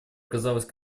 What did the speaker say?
оказалась